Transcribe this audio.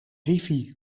wifi